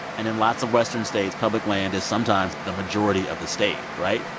and in lots of western states, public land is sometimes the majority of the state, right?